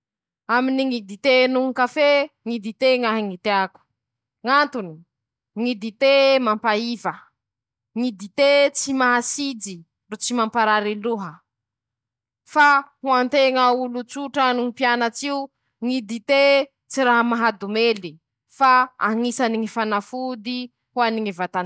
Ñy loko mena i amiko, midika fitiava, ñy avy an-dohako ao voalohany :-ñy loko mena, maneho fihetseham-po, fitiava, fahasahia, herim-po, misy ñy heloke, misy koa ñy fahavalo, izay ñy dikany ñy loko mena.